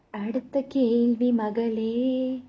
அடுத்த கேள்வி மகளே:adutha kaelvi magalae